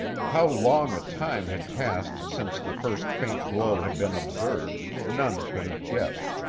how long a time had passed since the first faint glow had been observed none could have guessed,